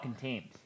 teams